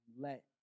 let